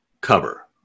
cover